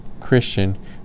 christian